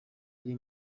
ari